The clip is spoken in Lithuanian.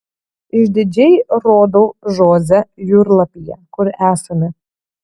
išdidžiai rodau žoze jūrlapyje kur esame